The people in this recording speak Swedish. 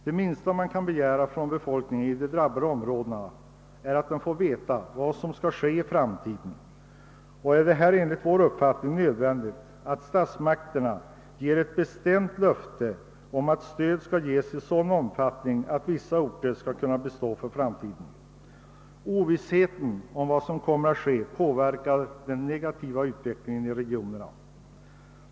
Det minsta som befolkningen i de drabbade områdena kan begära är att få veta vad som skall ske i framtiden, och det är enligt vår uppfattning nödvändigt att statsmakterna ger ett bestämt löfte om att stöd skall ges i sådan omfattning att vissa orter skall kunna bestå för framtiden. Ovissheten om vad som kommer att ske påverkar den negativa utvecklingen i regionerna.